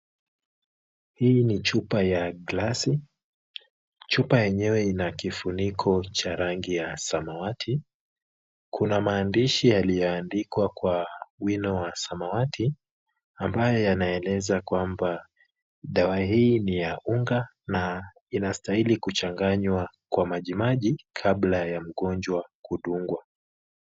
Hii ni chupa ya glasi . Chupa yenyewe ina kifuniko cha rangi ya samawati. Kuna maandishi yaliyoandikwa kwa wino wa samawati, ambayo yanaeleza kwamba dawa hii ni ya unga na inastahili kuchanganywa kwa majimaji kabla ya mgonjwa kudungwa.